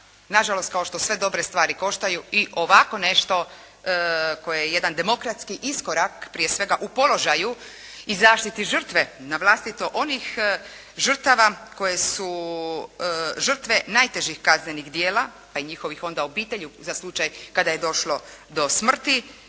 nažalost kao što sve dobre stvari koštaju, i ovako nešto koje je jedan demokratski iskorak, prije svega u položaju i zaštiti žrtve na vlastito onih žrtava koje su žrtve najtežih kaznenih djela, pa i njihovih onda obitelji za slučaj kada je došlo do smrti,